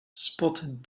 spotted